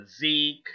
Zeke